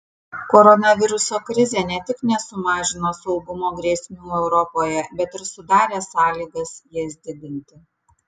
koronaviruso krizė ne tik nesumažino saugumo grėsmių europoje bet ir sudarė sąlygas jas didinti